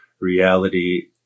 reality